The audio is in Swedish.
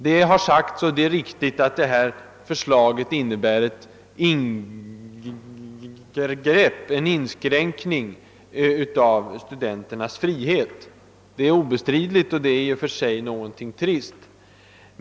Det har sagts, och det är riktigt, att det föreliggande förslaget innebär en inskränkning av studenternas frihet. Det är obestridligt och det är i och för sig någonting trist.